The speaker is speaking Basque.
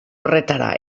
horretara